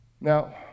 Now